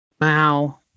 Wow